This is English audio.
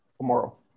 tomorrow